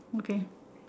okay